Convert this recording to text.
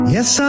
Yes